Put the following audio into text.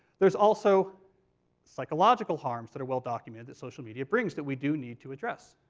there's also psychological harms that are well documented that social media brings, that we do need to address.